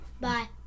Bye